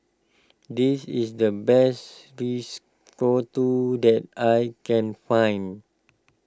this is the best Risotto that I can find